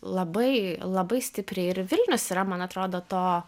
labai labai stipriai ir vilnius yra man atrodo to